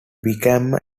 became